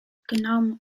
genau